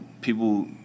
people